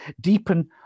Deepen